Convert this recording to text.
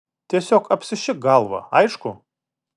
tiesiog apsišik galvą aišku